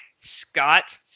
Scott